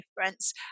difference